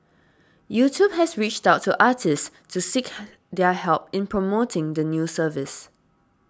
YouTube has reached out to artists to seek their help in promoting the new service